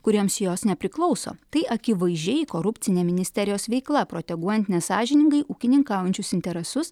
kuriems jos nepriklauso tai akivaizdžiai korupcinė ministerijos veikla proteguojant nesąžiningai ūkininkaujančius interesus